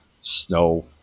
snow